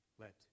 let